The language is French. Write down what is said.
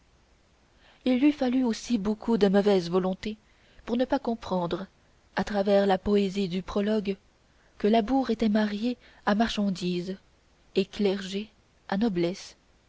il eût fallu aussi beaucoup de mauvaise volonté pour ne pas comprendre à travers la poésie du prologue que labour était marié à marchandise et clergé à noblesse